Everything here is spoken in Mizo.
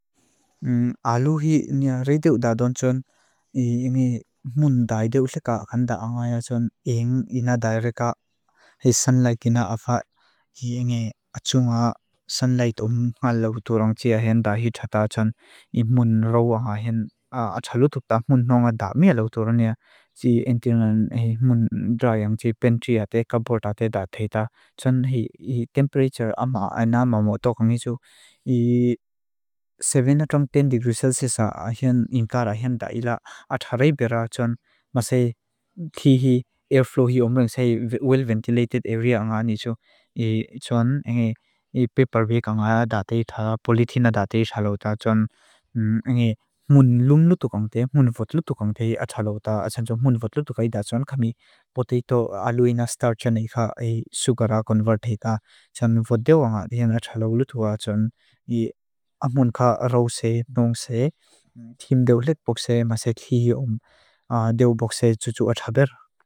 Alu hi niya reidiu dadon tsun. Ingi mun daidiu lika akanda angaya tsun. Ingi ina dairika, hii sunlight kina afat. Ingi achunga, sunlight om nga lauturang tia henda hitata tsun. Ingi mun rawa hahen, achalu tukta mun nonga da mia lauturang nia. Tsun hii temperatur ama aina mama otokang itsu. Ii seven atong ten degree celsius hahen ingkara hahen da ila. Atha raibira tsun masai khi hii airflow hii omrung sai well ventilated area anga nisu. Tsun ingi paper wake angaya datai itha polithina datai itha lauta. Tsun ingi mun lum lutukang tia, mun vot lutukang tia itha lauta. Atsan tsun mun vot lutukai itha tsun khami potato, aluina, starch ana ika sugara convert heita. Tsun vot deo anga dina itha lau lutua tsun. Ii amun ka rause, nongse, himdeolek boxe masai khii om. Deo boxe tsu tsu athaber.